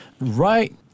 right